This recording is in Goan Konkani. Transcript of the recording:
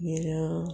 मागीर